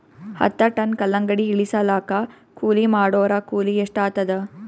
ಹತ್ತ ಟನ್ ಕಲ್ಲಂಗಡಿ ಇಳಿಸಲಾಕ ಕೂಲಿ ಮಾಡೊರ ಕೂಲಿ ಎಷ್ಟಾತಾದ?